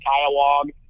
dialogue